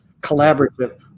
collaborative